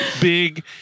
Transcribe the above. big